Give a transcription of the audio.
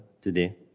today